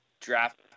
draft